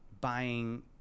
buying